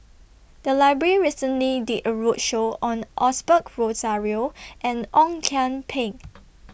The Library recently did A roadshow on Osbert Rozario and Ong Kian Peng